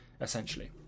essentially